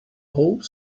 whole